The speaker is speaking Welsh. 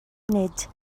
nid